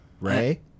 Ray